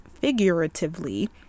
figuratively